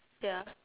ya